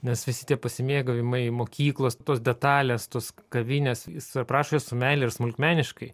nes visi tie pasimėgavimai mokyklos tos detalės tos kavinės jis aprašė su meile ir smulkmeniškai